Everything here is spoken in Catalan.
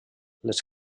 les